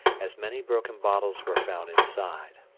as many broken bottles were found inside.